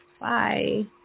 Bye